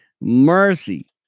Mercy